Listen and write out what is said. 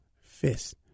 fist